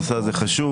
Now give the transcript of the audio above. הנושא הזה חשוב,